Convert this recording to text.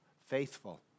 faithful